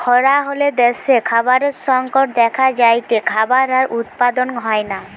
খরা হলে দ্যাশে খাবারের সংকট দেখা যায়টে, খাবার আর উৎপাদন হয়না